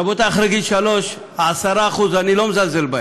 רבותי, אחרי גיל שלוש, 10%, אני לא מזלזל בהם,